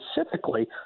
specifically